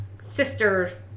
sister